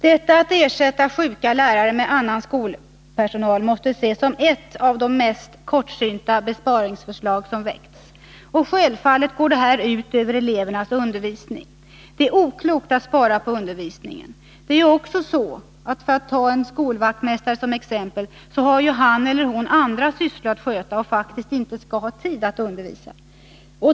Detta att ersätta sjuka lärare med annan skolpersonal måste ses som ett av de mest kortsynta besparingsförslag som väckts. Självfallet går det ut över elevernas undervisning. Det är oklokt att spara på undervisningen. För att ta en skolvaktmästare som exempel, så har ju han eller hon andra sysslor att sköta och skall faktiskt inte ha tid att undervisa.